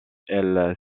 elle